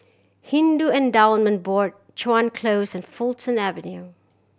Hindu Endowment Board Chuan Close and Fulton Avenue